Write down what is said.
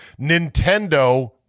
Nintendo